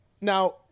now